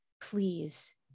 Please